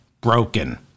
broken